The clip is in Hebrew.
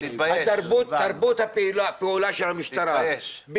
תרבות הפעולה של המשטרה,